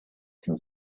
can